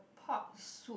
pot soup